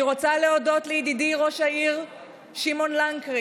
אני רוצה להודות לידידי ראש העיר שמעון לנקרי